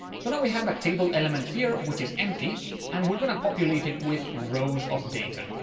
so now we have a table, element here, which is empty and we're going to populate it with rows of data.